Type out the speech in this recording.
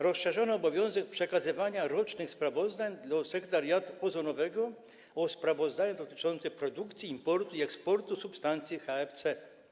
Rozszerzono obowiązek przekazywania rocznych sprawozdań do Sekretariatu Ozonowego o sprawozdania dotyczące produkcji, importu i eksportu substancji HFC.